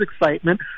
excitement